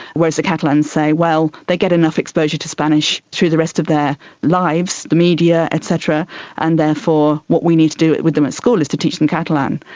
whereas the catalans say, well, they get enough exposure to spanish through the rest of their lives the media, et cetera and therefore what we need to do with them at school is to teach them catalan.